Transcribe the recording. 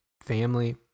family